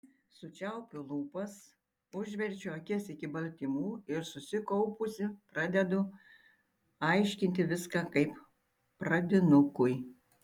sučiaupiu lūpas užverčiu akis iki baltymų ir susikaupusi pradedu aiškinti viską kaip pradinukui